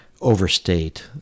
overstate